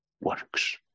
works